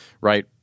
right